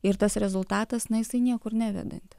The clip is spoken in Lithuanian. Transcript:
ir tas rezultatas na jisai niekur nevedanti